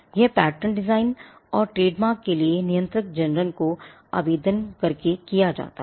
यह pattern design और trademark के लिए नियंत्रक जनरल को आवेदन करके किया जाता है